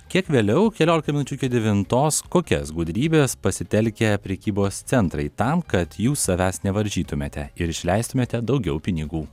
kiek vėliau keliolika minučių iki devintos kokias gudrybes pasitelkia prekybos centrai tam kad jūs savęs nevaržytumėte ir išleistumėte daugiau pinigų